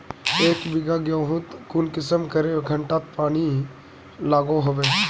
एक बिगहा गेँहूत कुंसम करे घंटा पानी लागोहो होबे?